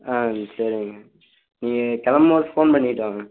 ஆ சரி மேம் நீங்கள் கிளம்பும் போது ஃபோன் பண்ணிகிட்டு வாங்க